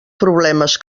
problemes